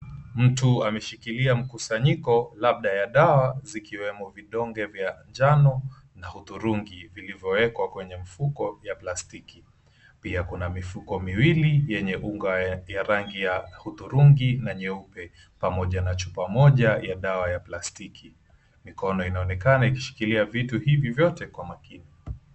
Mtu ameshikilia mkusanyiko, labda ya dawa zikiwemo vidonge vya njano na hudhurungi, vilivyowekwa kwenye mfuko ya plastiki. Pia kuna mifuko miwili yenye unga ya rangi ya hudhurungi na nyeupe, pamoja na chupa moja ya dawa ya plastiki. Mikono inaonekana ikishikilia vitu hivi vyote kwa makini.